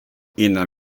innan